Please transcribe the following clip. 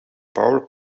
power